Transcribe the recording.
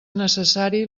necessari